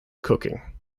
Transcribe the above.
cooking